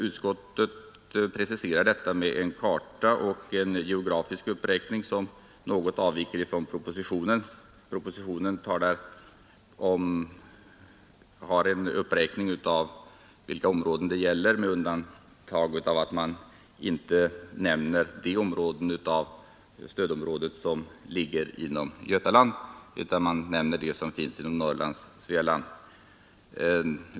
Utskottet preciserar detta med en karta och en geografisk uppräkning som något avviker från propositionens förslag. I sin uppräkning av vilka områden det gäller nämner propositionen inte de områden som ligger i Götaland; där nämns bara stödområdena i Norrland och Svealand.